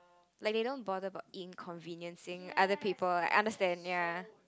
like they don't bother about inconveniencing other people like I understand ya